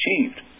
achieved